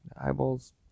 Eyeballs